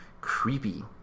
Creepy